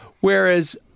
Whereas